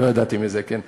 לא ידעתי על זה, כן.